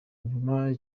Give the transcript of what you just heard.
inyuma